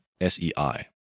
S-E-I